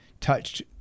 touched